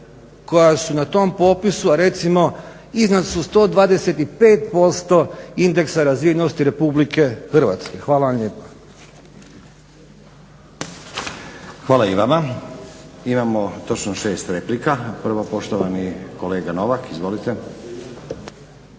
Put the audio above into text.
koja su na tom popisu, a recimo iznad su 125% indeksa razvijenosti RH. Hvala vam lijepa. **Stazić, Nenad (SDP)** Hvala i vama. Imamo točno 6 replika, prvo poštovani kolega Novak. Izvolite.